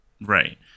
Right